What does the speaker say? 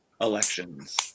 elections